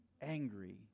angry